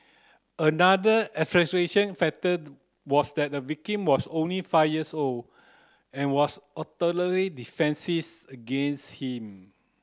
another factor was that the victim was only five years old and was utterly defences against him